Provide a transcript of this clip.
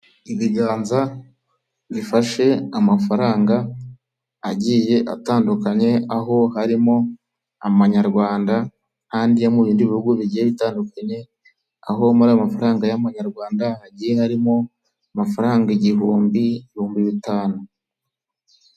Ibiganza bifashe amafaranga agiye atandukanye aho harimo amanyarwanda nandi yo mubindi bihugu bigiye bitandukanye, aho muri ayo mafaranga y'amanyarwanda hagiye harimo amafaranga igihumbi ibihumbi bitanu.